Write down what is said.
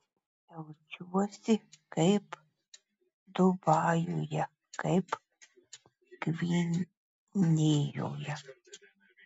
jaučiuosi kaip dubajuje kaip gvinėjoje